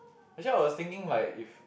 actually I was thinking like if